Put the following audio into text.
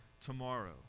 tomorrow